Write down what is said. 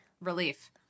relief